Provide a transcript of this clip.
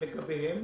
לגביהם